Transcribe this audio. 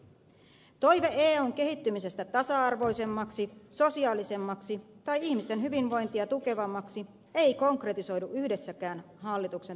toive eun kehittymisestä tasa arvoisemmaksi sosiaalisemmaksi tai ihmisten hyvinvointia tukevammaksi ei konkretisoidu yhdessäkään hallituksen tahtotilassa